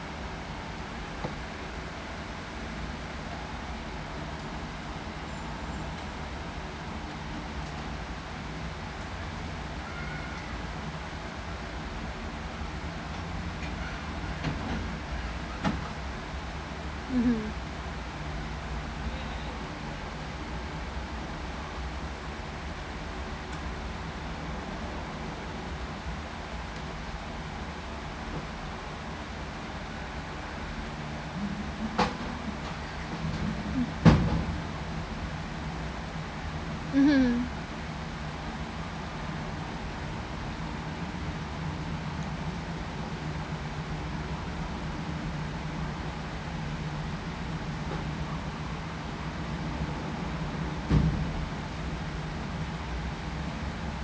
mmhmm mm mmhmm mm